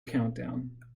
countdown